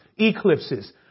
eclipses